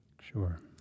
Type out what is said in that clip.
Sure